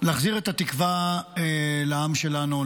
להחזיר את התקווה לעם שלנו,